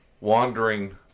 wandering